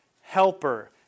helper